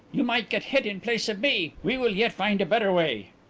you might get hit in place of me. we will yet find a better way.